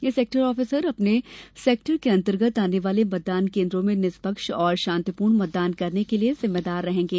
ये sector officer अपने sector के अंतर्गत आने वाले मतदान केंद्रों में निष्पक्ष और शांतिपूर्ण मतदान कराने के लिए जिम्मेदार रहेंगे